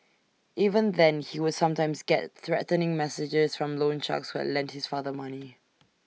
even then he would sometimes get threatening messages from loan sharks who had lent his father money